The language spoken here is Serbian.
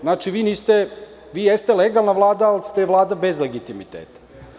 Znači, vi jeste legalna Vlada, ali ste Vlada bez legitimiteta.